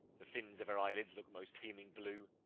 the fins of her eye-lids look most teeming blue,